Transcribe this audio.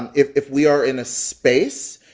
and if if we are in a space,